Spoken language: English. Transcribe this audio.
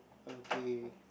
okay